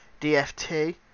DFT